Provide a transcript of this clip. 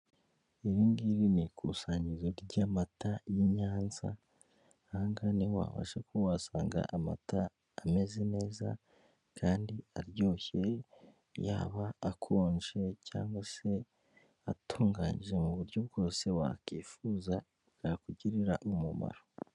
Iri ngiri ni ikusanyirizo ry'amata y'Inyanza, aha ngaha niho wabasha kuba wasanga amata ameze neza kandi aryoshye, yaba akonje cyangwa se atunganyije mu buryo bwose wakifuza bwakugirira umumaro.